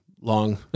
long